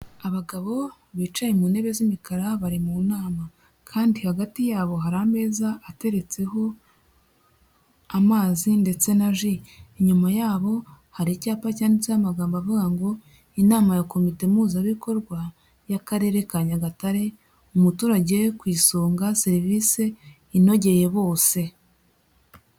Abagabo bicaye ku ntebe z'imikara bari mu nama kandi hagati yabo hari ameza ateretseho amazi ndetse na ji, inyuma yabo hari icyapa cyanditseho amagambo avuga ngo inama ya komite mpuzabikorwa y'akarere ka Nyagatare, umuturage ku isonga serivisi inogeye bose.